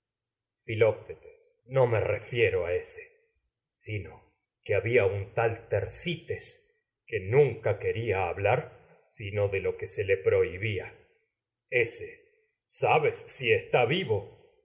filoctetes no tal refiero a ése sino que había lo que un tersites que nunca quería hablar sino de se le prohibía ese sabes si está vivo